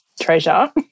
treasure